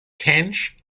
tench